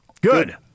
Good